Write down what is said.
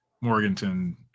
Morganton